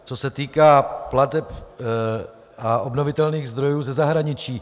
Co se týká plateb a obnovitelných zdrojů ze zahraničí.